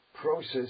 Process